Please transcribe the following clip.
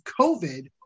COVID